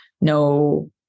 no